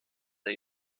der